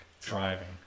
driving